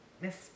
Miss